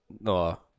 No